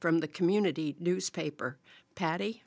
from the community newspaper patty